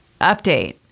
Update